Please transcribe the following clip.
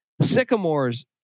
Sycamores